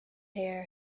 hair